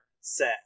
set